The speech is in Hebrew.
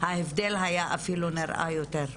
ההבדל היה אפילו נראה יותר.